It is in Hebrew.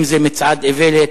האם זה מצעד איוולת?